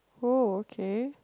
oh okay